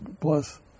plus